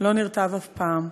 לא נרטב אף פעם,